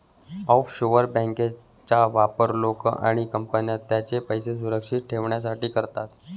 offshore बँकांचा वापर लोक आणि कंपन्या त्यांचे पैसे सुरक्षित ठेवण्यासाठी करतात